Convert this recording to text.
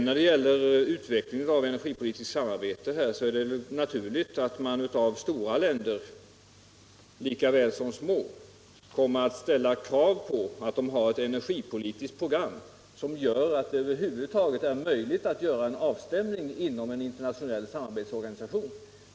När det gäller utvecklingen av energipolitiskt samarbete är det naturligt att man kommer att ställa krav på att stora länder lika väl som små har ett energipolitiskt program som gör att det över huvud taget är möjligt att göra en avstämning inom en internationell samarbetsorganisation.